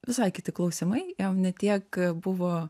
visai kiti klausimai jam ne tiek buvo